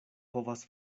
povas